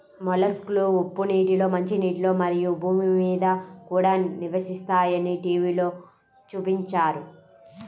మొలస్క్లు ఉప్పు నీటిలో, మంచినీటిలో, మరియు భూమి మీద కూడా నివసిస్తాయని టీవిలో చూపించారు